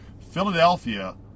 Philadelphia